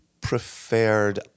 preferred